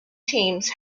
teams